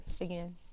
again